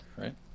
Right